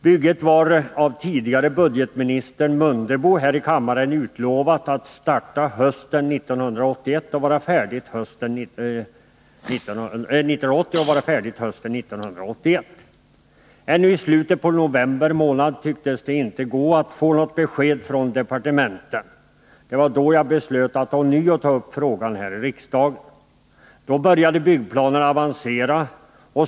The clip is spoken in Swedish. Bygget var av den tidigare budgetministern Ingemar Mundebo här i kammaren utlovat att starta hösten 1980 och vara färdigt hösten 1981. Ännu i slutet på november tycktes det inte gå att få något besked från departementen. Det var då jag beslöt att ånyo ta upp frågan här i Då började byggplanerna avancera.